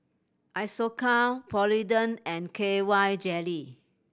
Isocal Polident and K Y Jelly